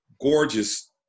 gorgeous